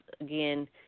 again